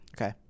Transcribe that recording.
okay